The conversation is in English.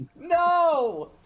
No